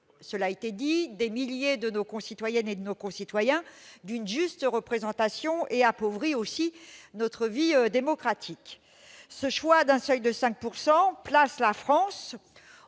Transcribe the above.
cela a été dit, des milliers de nos concitoyennes et de nos concitoyens d'une juste représentation et appauvrit notre vie démocratique. Ce choix d'un seuil de 5 % place la France